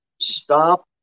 Stop